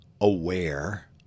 aware